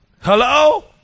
Hello